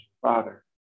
Father